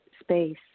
space